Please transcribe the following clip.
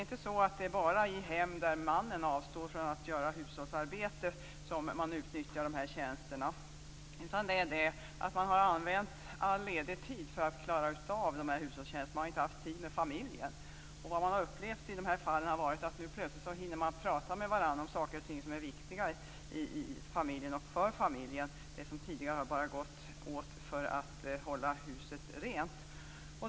Det är inte bara i hem där mannen avstår från att göra hushållsarbete som de här tjänsterna utnyttjas, utan det handlar också om hem där man har använt all ledig tid för att klara av hushållstjänsterna och inte haft tid med familjen. I de fallen har man upplevt att man plötsligt hinner tala med varandra om saker och ting som är viktiga inom och för familjen. Tidigare har tiden, som sagt, gått åt för att hålla huset rent.